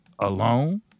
alone